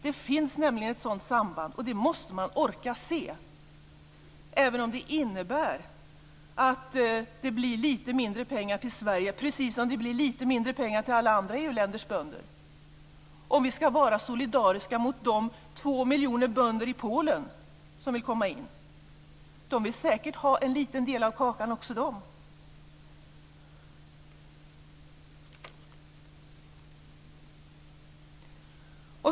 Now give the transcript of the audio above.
Det finns nämligen ett sådant samband, och det måste man orka se även om det innebär att det blir lite mindre pengar till Sveriges bönder precis som det blir mindre pengar till alla andra EU-länders bönder om vi ska vara solidariska med de två miljoner bönder i Polen som vill komma in. Också de vill säkert ha en liten del av kakan.